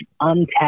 untapped